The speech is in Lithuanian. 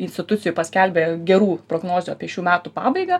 institucijų paskelbė gerų prognozių apie šių metų pabaigą